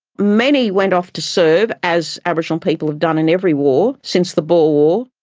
many went off to serve, as aboriginal people have done in every war since the boer war.